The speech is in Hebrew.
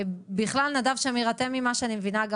בכלל נדב שמיר אתם ממה שאני מבינה גם